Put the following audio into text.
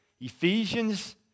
Ephesians